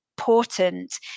important